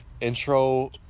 intro